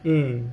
mm